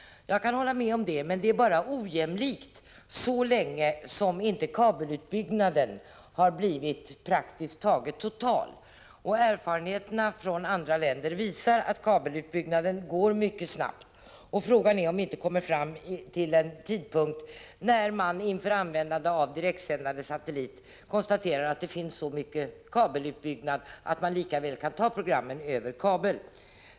Jag kan hålla med om det. Men det är ojämlikt bara så länge som kabelutbyggnaden inte har blivit praktiskt taget total. Erfarenheterna från andra länder visar att kabelutbyggnaden går mycket snabbt. Frågan är om vi inte vid den tidpunkt när vi står inför användandet av direktsändande satellit konstaterar att kabelutbyggnaden då hunnit så långt att vi lika väl kan ta programmen över kabel.